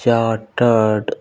chartered